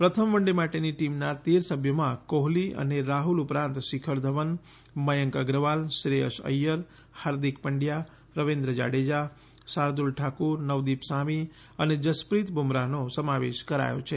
પ્રથમ one day માટેની ટીમનાં તેર સભ્યોમાં કોહલી અને રાહલ ઉપરાંત શિખર ઘવલ મયંક અગ્રવાલ શ્રેયસ ઐયર હાર્દિક પંડ્યા રવિન્દ્ર જાડેજા શાર્દ્દલ ઠાકુર નવદીપ સામી જસપ્રિત બુમરાહનો સમાવેશ કરાયો છે